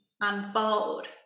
unfold